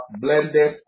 blended